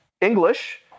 English